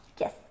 yes